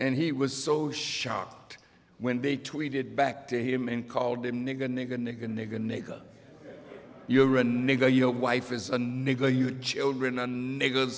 and he was so shocked when they tweeted back to him and called him nigger nigger nigger nigger nigger you're a nigger your wife is a nigger you children and nigger